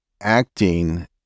acting